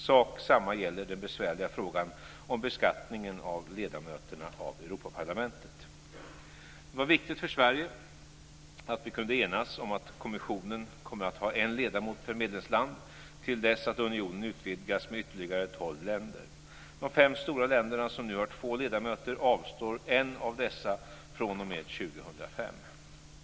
Sak samma gäller den besvärliga frågan om beskattningen av ledamöterna av Europaparlamentet. Det var viktigt för Sverige att vi kunde enas om att kommissionen kommer att ha en ledamot per medlemsland till dess att unionen utvidgas med ytterligare tolv länder. De fem stora länderna som nu har två ledamöter avstår en av dessa fr.o.m. 2005.